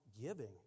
giving